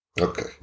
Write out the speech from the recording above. okay